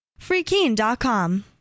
Freekeen.com